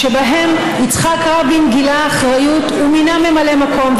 שבהם יצחק רבין גילה אחריות ומינה ממלא מקום,